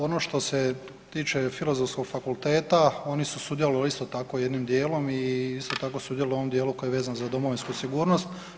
Ono što se tiče filozofskog fakulteta, oni su sudjelovali isto tako, jednim dijelom i isto tako, sudjeluju u ovom dijelu koji je vezan za domovinsku sigurnost.